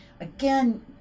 again